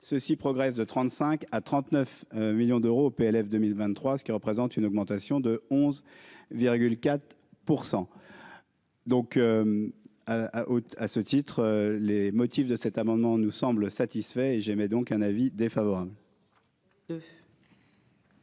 ceux-ci progresse de 35 à 39 millions d'euros au PLF 2023, ce qui représente une augmentation de 11,4 %. Donc à haute à ce titre, les motifs de cet amendement, nous semblent satisfaits et j'aimais donc un avis défavorable.